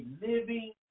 living